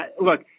Look